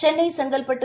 Chennai Chengalpattu